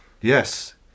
Yes